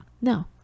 No